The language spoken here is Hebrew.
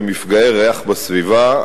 למפגעי ריח בסביבה,